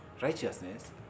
Righteousness